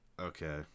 Okay